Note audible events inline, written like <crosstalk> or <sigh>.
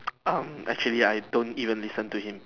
<noise> um actually I don't even listen to him